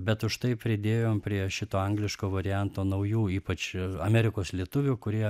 bet užtai pridėjom prie šito angliško varianto naujų ypač amerikos lietuvių kurie